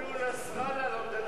אפילו נסראללה לא מדבר כמוכם.